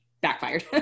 backfired